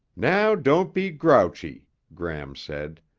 now don't be grouchy, gram said.